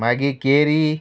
मागी केरी